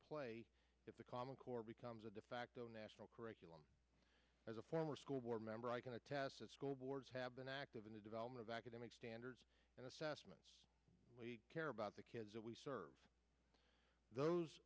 play if the common core becomes a defacto national curriculum as a former school board member i can attest that school boards have been active in the development of academic standards and assessments we care about the kids we serve those